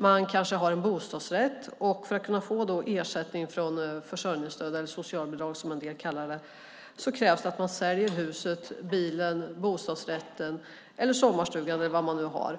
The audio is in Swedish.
Man kanske har en bostadsrätt. För att då kunna få ersättning från försörjningsstödet, eller socialbidrag som en del kallar det, krävs det att man säljer huset, bilen, bostadsrätten, sommarstugan eller vad man nu har